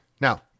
Now